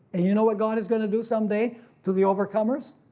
and you know what god is going to do someday to the overcomers?